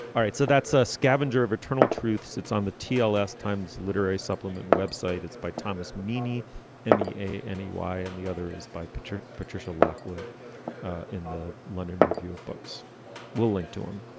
all right so that's a scavenger of eternal truth. it's it's on the trl last times literary supplement web site it's by thomas meany and the any y and the other is by patricia patricia lockwood in the london review of books willing to him